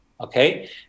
Okay